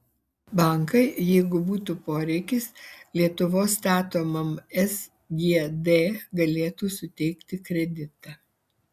bankai jeigu būtų poreikis lietuvos statomam sgd galėtų suteikti kreditą